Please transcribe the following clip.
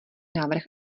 návrh